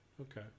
Okay